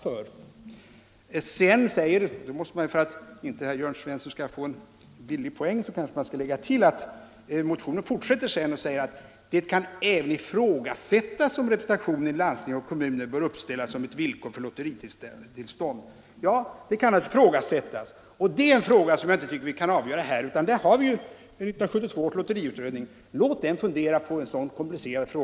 För att inte herr Jörn Svensson skall få en billig poäng skall jag kanske lägga till att motionärerna i fortsättningen sade: ”Det kan även ifrågasättas om representation i landsting och kommuner bör uppställas som ett villkor för lotteritillstånd.” Ja, det kan naturligtvis ifrågasättas, men det är en fråga som vi inte kan avgöra här. Vi har ju 1972 års lotteriutredning; låt den fundera på en så komplicerad sak!